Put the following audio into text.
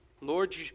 Lord